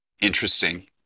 interesting